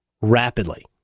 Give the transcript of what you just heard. rapidly